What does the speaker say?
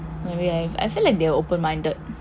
maybe I've I feel I think I will be open minded